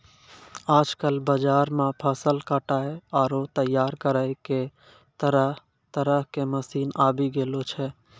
आजकल बाजार मॅ फसल काटै आरो तैयार करै के तरह तरह के मशीन आबी गेलो छै